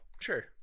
sure